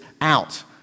out